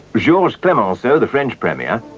georges clemenceau, the french premier,